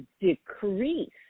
decrease